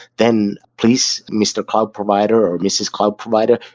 then please, mr. cloud provider, or mrs. cloud provider,